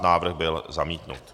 Návrh byl zamítnut.